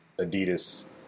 Adidas